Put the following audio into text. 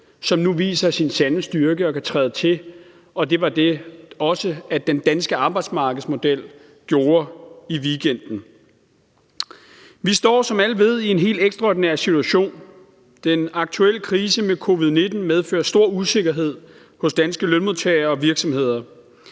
som nu viser sin sande styrke, og som kan træde til; og det var det, som også den danske arbejdsmarkedsmodel gjorde i weekenden. Vi står, som alle ved, i en helt ekstraordinær situation. Den aktuelle krise med covid-19 medfører stor usikkerhed hos danske lønmodtagere og virksomheder.